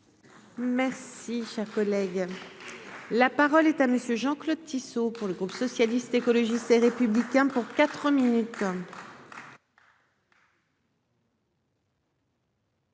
Merci, cher collègue, la parole est à monsieur Jean-Claude Tissot pour le groupe socialiste, écologiste et républicain pour 4 minutes.